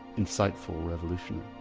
insightful revolutionary.